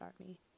Army